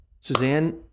Suzanne